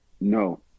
No